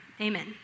Amen